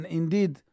indeed